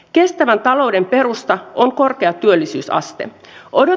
kestävän talouden perusta on korkea työllisyysaste